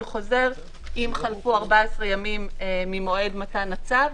חוזר אם חלפו 14 ימים ממועד מתן הצו,